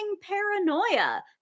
paranoia